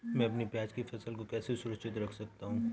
मैं अपनी प्याज की फसल को कैसे सुरक्षित रख सकता हूँ?